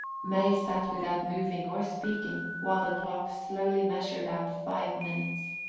may sat without moving or speaking while the clock slowly measured out five minutes.